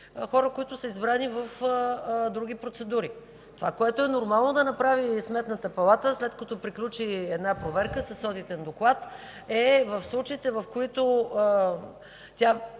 което е нормално да направи Сметната палата, след като приключи една проверка с одитен доклад, е в случаите, в които тя